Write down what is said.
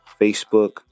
Facebook